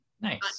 Nice